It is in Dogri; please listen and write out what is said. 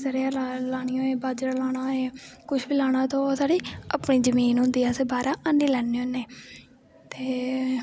सरेआं लानी होऐ बाजरा लाना होऐ कुश बी लाना होऐ ते ओह् साढ़ी अपनी जमीन होंदी अस बाह्रा अनी लान्ने होन्ने ते